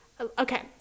okay